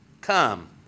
come